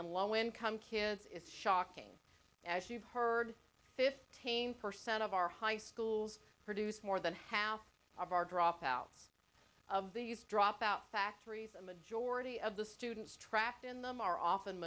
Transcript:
and low income kids is shocking as you've heard fifteen percent of our high schools produce more than half of our drop out of these dropout factories a majority of the students trapped in them are often